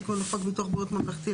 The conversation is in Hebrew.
תיקון לחוק ביטוח בריאות ממלכתי,